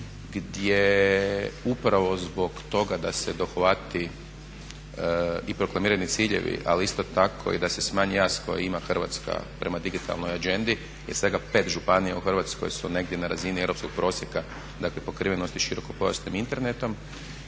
gdje upravo zbog toga da se dohvate i proklamirani ciljevi, ali isto tako i da se smanji jaz koji ima Hrvatska prema digitalnoj agendi jer svega 5 županija u Hrvatskoj su negdje na razini europskog prosjeka, dakle pokrivenosti širokopojasnim internetom.